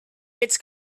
it’s